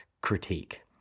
critique